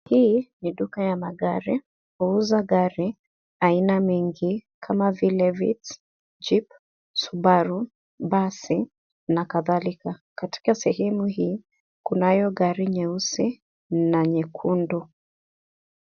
Hii ni duka ya magari, wauza gari aina mingi kama vile Vitz, Jeep, Subaru , basi na kadhalika. Katika sehemu hii kunayo gari nyeusi na nyekundu.